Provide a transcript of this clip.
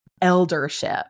eldership